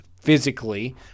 physically